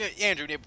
andrew